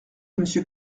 monsieur